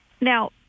Now